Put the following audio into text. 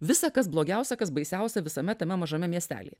visa kas blogiausia kas baisiausia visame tame mažame miestelyje